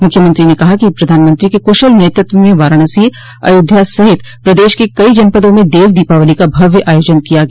मुख्यमंत्री ने कहा कि प्रधानमंत्री के कुशल नेतृत्व में वाराणसी अयोध्या सहित प्रदेश के कई जनपदों में देव दीपावली का भव्य आयोजन किया गया